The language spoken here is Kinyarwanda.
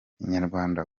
inyarwanda